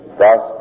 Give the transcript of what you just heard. thus